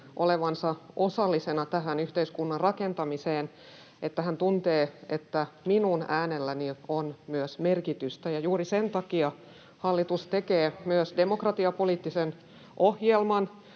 olevansa osallisena tämän yhteiskunnan rakentamiseen, että hän tuntee, että minun äänelläni on myös merkitystä, ja juuri sen takia hallitus tekee myös demokratiapoliittisen ohjelman.